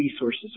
resources